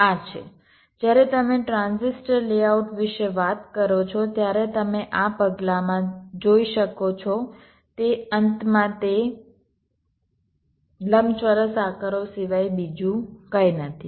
આ છે જ્યારે તમે ટ્રાન્ઝિસ્ટર લેઆઉટ વિશે વાત કરો છો ત્યારે તમે આ પગલાંમાં જોઈ શકો છો તે અંતમાં તે લંબચોરસ આકારો સિવાય બીજું કંઈ નથી